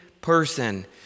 person